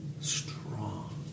strong